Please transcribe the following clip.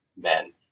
men